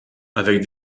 avec